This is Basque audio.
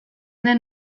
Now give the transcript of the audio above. den